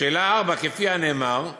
4. כפי הנאמר,